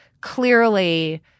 clearly